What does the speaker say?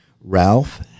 Ralph